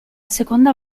seconda